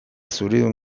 zuridun